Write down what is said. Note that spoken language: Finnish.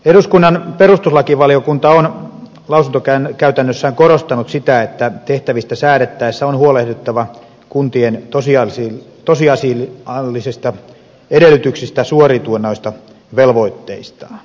eduskunnan perustuslakivaliokunta on lausuntokäytännössään korostanut sitä että tehtävistä säädettäessä on huolehdittava kuntien tosiasiallisista edellytyksistä suoriutua noista velvoitteistaan